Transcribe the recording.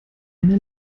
eine